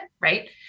Right